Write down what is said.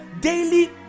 daily